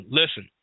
listen